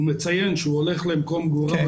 הם מציינים שהם נוסעים למקום מגוריהם